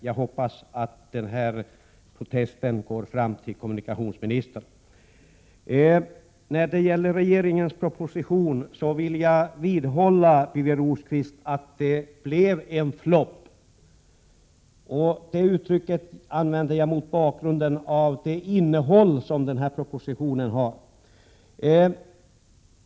Jag hoppas att den här protesten går fram till kommunikationsministern. När det gäller regeringens proposition vidhåller jag, Birger Rosqvist, att den blev en flopp. Det uttrycket använder jag mot bakgrund av propositionens innehåll.